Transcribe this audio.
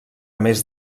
més